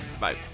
bye